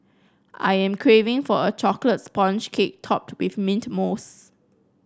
I am craving for a chocolate sponge cake topped with mint mousse